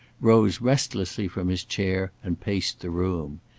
rose restlessly from his chair and paced the room.